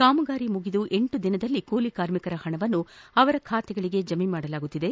ಕಾಮಗಾರಿ ಮುಗಿದು ಎಂಟು ದಿನಗಳಲ್ಲಿ ಕೂಲಿಕಾರ್ಮಿಕರ ಹಣವನ್ನು ಅವರವರ ಖಾತೆಗಳಿಗೆ ಜಮಾ ಮಾಡಲಾಗುತ್ತಿದೆ